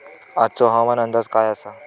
आजचो हवामान अंदाज काय आसा?